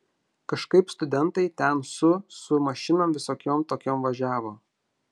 kažkaip studentai ten su su mašinom visokiom tokiom važiavo